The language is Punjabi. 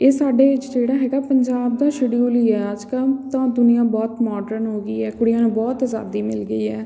ਇਹ ਸਾਡੇ 'ਚ ਜਿਹੜਾ ਹੈਗਾ ਪੰਜਾਬ ਦਾ ਸ਼ਡਿਊਲ ਹੀ ਆ ਅੱਜ ਕਾ ਤਾਂ ਦੁਨੀਆ ਬਹੁਤ ਮੋਡਰਨ ਹੋ ਗਈ ਹੈ ਕੁੜੀਆਂ ਨੂੰ ਬਹੁਤ ਅਜ਼ਾਦੀ ਮਿਲ ਗਈ ਹੈ